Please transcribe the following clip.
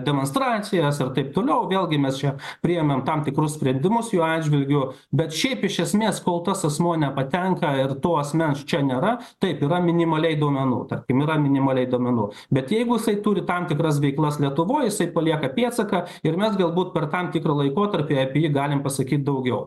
demonstracijas ir taip toliau vėlgi mes čia priėmėm tam tikrus sprendimus jų atžvilgiu bet šiaip iš esmės kol tas asmuo nepatenka ir to asmens čia nėra taip yra minimaliai duomenų tarkim yra minimaliai duomenų bet jeigu jisai turi tam tikras veiklas lietuvoj jisai palieka pėdsaką ir mes galbūt per tam tikrą laikotarpį apie jį galim pasakyt daugiau